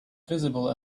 visible